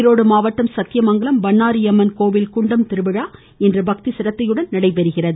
ஈரோடு மாவட்டம் சத்தியமங்கலம் பண்ணாரி அம்மன் கோவில் குண்டம் திருவிழா இன்று பக்தி சிரத்தையுடன் நடைபெறுகிறது